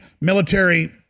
military